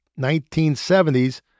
1970s